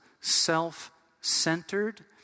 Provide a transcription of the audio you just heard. self-centered